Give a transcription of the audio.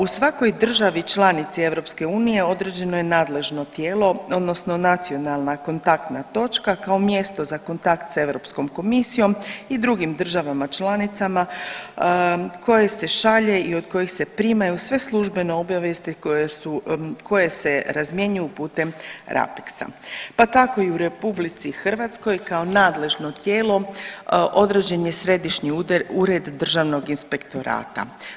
U svakoj državi članici EU određeno je nadležno tijelo odnosno nacionalna kontaktna točka kao mjesto za kontakt s Europskom komisijom i drugim državama članicama koje se šalje i od kojih se primaju sve službene obavijesti koje se razmjenjuju putem Rapeksa, pa tako i u RH kao nadležno tijelo određen je Središnjih ured Državnog inspektorata.